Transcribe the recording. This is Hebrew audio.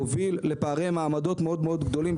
מוביל לפערי מעמדות מאוד מאוד גדולים.